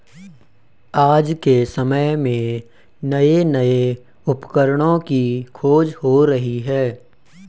आज के समय में नये नये उपकरणों की खोज हो रही है